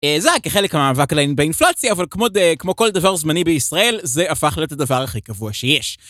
זה היה כחלק מהמאבק באינפלציה, אבל כמו כל דבר זמני בישראל, זה הפך להיות הדבר הכי קבוע שיש.